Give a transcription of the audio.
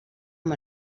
amb